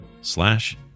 slash